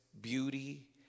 beauty